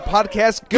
Podcast